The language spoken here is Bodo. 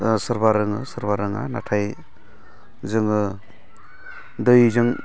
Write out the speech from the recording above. सोरबा रोङो सोरबा रोङा नाथाय जोङो दैजों